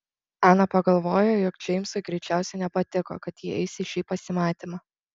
ana pagalvojo jog džeimsui greičiausiai nepatiko kad ji eis į šį pasimatymą